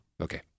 Okay